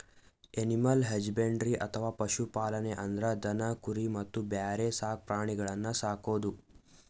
animal husbandry ಅಥವಾ ಪಶು ಪಾಲನೆ ಅಂದ್ರ ದನ ಕುರಿ ಮತ್ತ್ ಬ್ಯಾರೆ ಸಾಕ್ ಪ್ರಾಣಿಗಳನ್ನ್ ಸಾಕದು